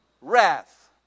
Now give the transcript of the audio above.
wrath